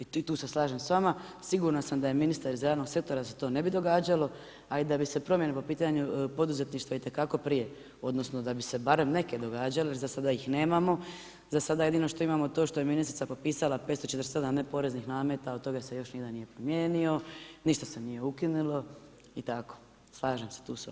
I tu se slažem s vama, sigurna sam da je ministar iz realnog sektora da se to ne bi događalo a i da bi se promjene po pitanju poduzetništva itekako prije, odnosno da bis e barem neke događale zasada ih nemamo, zasad jedino što imamo to što je ministrica potpisala 547 neporeznih nameta, od toga se još nijedan nije promijenio, ništa se nije ukinulo i tako, slažem se tu s vama.